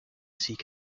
seek